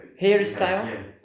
Hairstyle